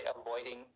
avoiding